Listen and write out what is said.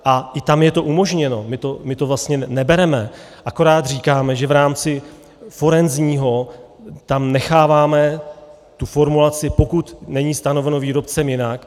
A i tam je to umožněno, my to vlastně nebereme, akorát říkáme, že v rámci forenzního tam necháváme formulaci: pokud není stanoveno výrobcem jinak.